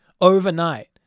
overnight